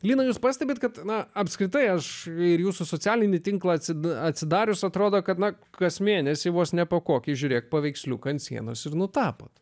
lina jūs pastebite kad na apskritai aš ir jūsų socialinį tinklą atseit atsidarius atrodo kad na kas mėnesį vos ne po kokį žiūrėk paveiksliuką ant sienos ir nutapote